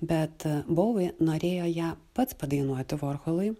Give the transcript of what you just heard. bet bouvi norėjo ją pats padainuoti vorholui